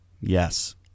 yes